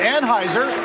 Anheuser